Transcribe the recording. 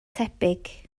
tebyg